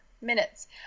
minutes